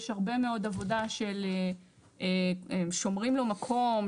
הרבה מאוד עבודה של שומרים לו מקום,